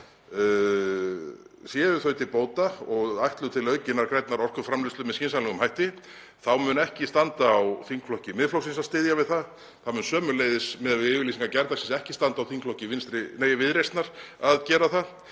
og séu þau til bóta og ætluð til aukinnar grænnar orkuframleiðslu með skynsamlegum hætti þá mun ekki standa á þingflokki Miðflokksins að styðja við þau. Það mun sömuleiðis, miðað við yfirlýsingar gærdagsins, ekki standa á þingflokki Viðreisnar að gera það.